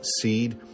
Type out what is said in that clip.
seed